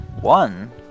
one